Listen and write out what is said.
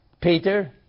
Peter